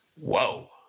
whoa